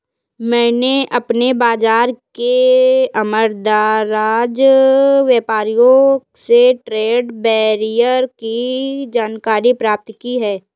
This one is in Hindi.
मैंने अपने बाज़ार के उमरदराज व्यापारियों से ट्रेड बैरियर की जानकारी प्राप्त की है